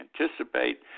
anticipate